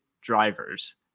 drivers